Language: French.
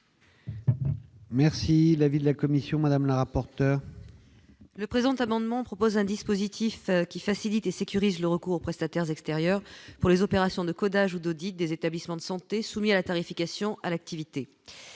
Merci l'avis de la commission Madame la rapporteur. Le présent amendement propose un dispositif qui facilitent et sécurisent le recours aux prestataires extérieurs pour les opérations de codage ou d'audit des établissements de santé, soumis à la tarification à l'activité,